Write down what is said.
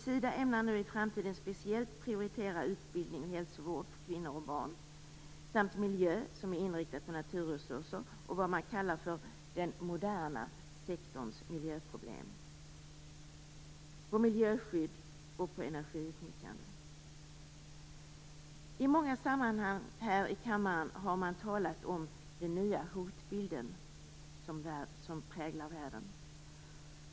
Sida ämnar att i framtiden speciellt prioritera utbildning och hälsovård för kvinnor och barn samt miljö som är inriktad på naturresurser och det man kallar den moderna sektorns miljöproblem, på miljöskydd och energiutnyttjande. I många sammanhang här i kammaren har man talat om den nya hotbilden som präglar världen.